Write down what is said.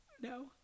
No